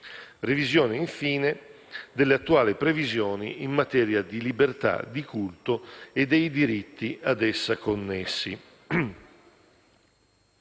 revisione, infine, delle attuali previsioni in materia di libertà di culto e dei diritti ad essa connessi.